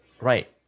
Right